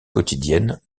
quotidienne